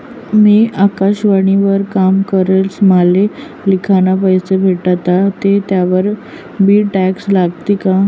मी आकाशवाणी वर काम करस माले लिखाना पैसा भेटनात ते त्यावर बी टॅक्स लागी का?